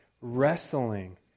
wrestling